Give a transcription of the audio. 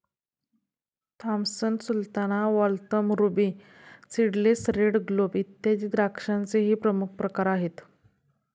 Thompson Sultana, Waltham, Ruby Seedless, Red Globe, इत्यादी द्राक्षांचेही प्रमुख प्रकार आहेत